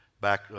back